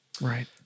right